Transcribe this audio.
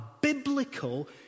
biblical